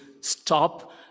stop